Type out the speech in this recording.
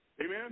Amen